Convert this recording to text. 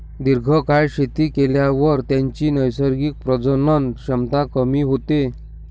दीर्घकाळ शेती केल्यावर त्याची नैसर्गिक प्रजनन क्षमता कमी होते